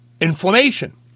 inflammation